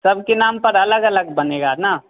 सबके नाम पर अलग अलग बनेगा न